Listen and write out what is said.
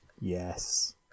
Yes